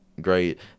great